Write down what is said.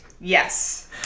Yes